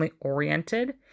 oriented